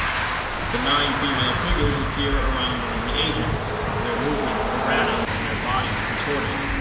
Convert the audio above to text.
the nine female figures appear around one of the agents, their movements erratic and their bodies contorted,